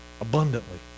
abundantly